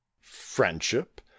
Friendship